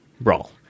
brawl